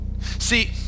See